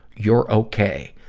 you're okay.